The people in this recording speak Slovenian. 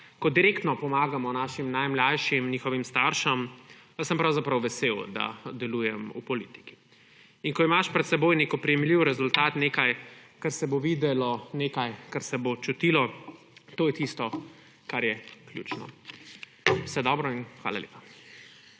ko direktno pomagamo našim najmlajšim in njihovim staršem, sem pravzaprav vesel, da delujem v politiki. Ko imaš pred seboj nek oprijemljiv rezultat, nekaj, kar se bo videlo, nekaj, kar se bo čutilo – to je tisto, kar je ključno. Vse dobro in hvala lepa.